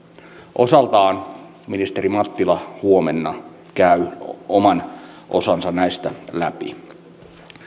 osaltaan ministeri mattila huomenna käy oman osansa näistä läpi